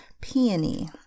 peony